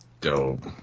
dope